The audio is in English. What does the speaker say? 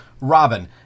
Robin